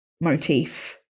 motif